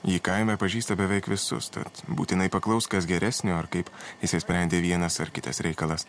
ji kaime pažįsta beveik visus tad būtinai paklaus kas geresnio ar kaip išsisprendė vienas ar kitas reikalas